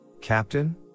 Captain